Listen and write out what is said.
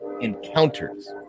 encounters